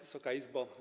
Wysoka Izbo!